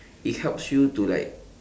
it helps you to like